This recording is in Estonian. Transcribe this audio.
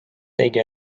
tegi